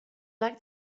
like